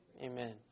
Amen